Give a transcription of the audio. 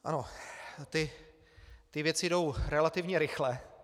Ano, ty věci jdou relativně rychle.